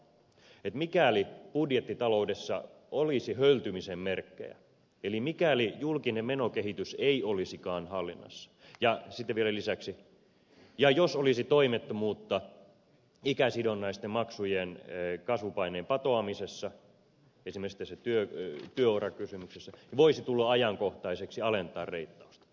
mikäli budjettitaloudessa olisi höltymisen merkkejä eli mikäli julkinen menokehitys ei olisikaan hallinnassa ja sitten vielä lisäksi ja jos olisi toimettomuutta ikäsidonnaisten maksujen kasvupaineen patoamisessa esimerkiksi tässä työurakysymyksessä voisi tulla ajankohtaiseksi alentaa reittausta